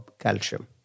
calcium